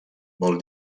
vol